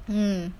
mm